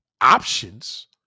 options